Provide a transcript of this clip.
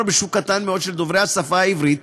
בשוק קטן מאוד של דוברי השפה העברית,